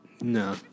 No